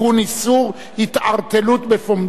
איסור התערטלות בפומבי).